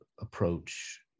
approach